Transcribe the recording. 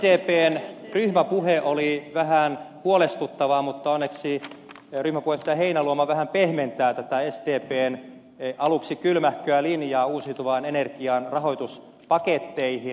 sdpn ryhmäpuhe oli vähän huolestuttava mutta onneksi ryhmäpuheenjohtaja heinäluoma vähän pehmentää tätä sdpn aluksi kylmähköä linjaa uusiutuvan energian rahoituspaketteihin